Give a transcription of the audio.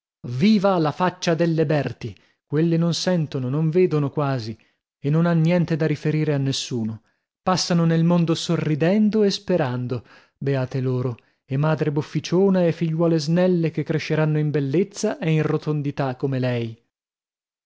viva la faccia delle berti quelle non sentono non vedono quasi e non han niente da riferire a nessuno passano nel mondo sorridendo e sperando beate loro e madre bofficiona e figliuole snelle che cresceranno in bellezza e in rotondità come lei